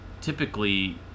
typically